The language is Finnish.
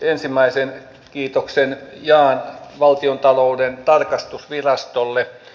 ensimmäisen kiitoksen jaan valtiontalouden tarkastusvirastolle